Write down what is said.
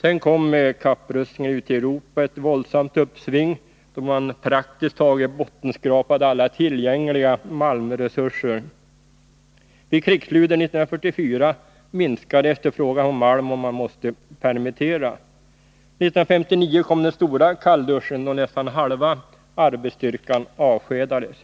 Sedan kom, med kapprustningen ute i Europa, ett våldsamt uppsving, då man praktiskt taget bottenskrapade alla tillgängliga malmresurser. Vid krigsslutet 1944 minskade efterfrågan på malm, och man måste permittera. 1959 kom den stora kallduschen, då nästan halva arbetsstyrkan avskedades.